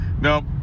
nope